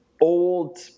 old